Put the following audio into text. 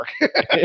work